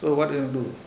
so what you want to do